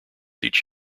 each